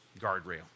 guardrail